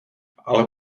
ale